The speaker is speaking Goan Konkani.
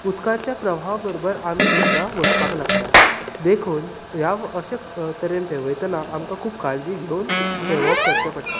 उदकाच्या प्रवाहा बरोबर आमी सुद्दां वचपाक लागतात देखून ह्या अशे तरेन पेंवयतना आमकां खूब काळजी घेवन पेंवोवप करचें पडटा